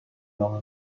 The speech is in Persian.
نامه